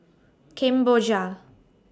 Kemboja